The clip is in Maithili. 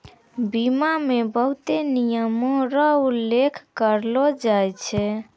बीमा मे बहुते नियमो र उल्लेख करलो जाय छै